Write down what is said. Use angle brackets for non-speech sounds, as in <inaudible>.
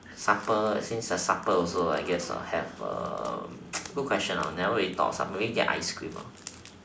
supper since supper also I guess have err <noise> good question lor never even thought of supper maybe ice cream ah